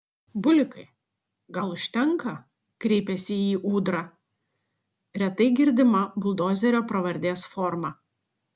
bulikai gal užtenka kreipėsi į jį ūdra retai girdima buldozerio pravardės forma